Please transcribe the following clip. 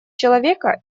человека